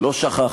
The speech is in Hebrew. לא שכחת.